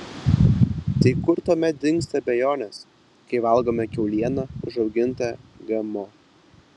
tai kur tuomet dingsta abejonės kai valgome kiaulieną užaugintą gmo